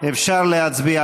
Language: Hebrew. אפשר להצביע.